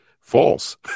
false